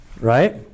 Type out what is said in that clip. Right